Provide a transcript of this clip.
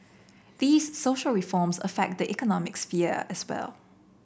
these social reforms affect the economic sphere as well